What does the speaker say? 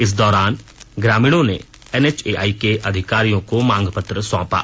इस दौरान ग्रामीणों ने एनएचएआई के अधिकारियों को मांग पत्र सौंपा